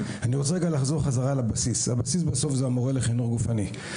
הבסיס בסוף זה המורה לחינוך גופני.